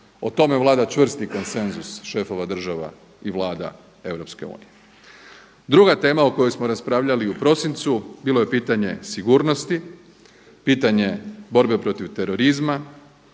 O tome vlada čvrsti konsenzus šefova država i vlada EU. Druga tema o kojoj smo raspravljali u prosincu bilo je pitanje sigurnosti, pitanje borbe protiv terorizma,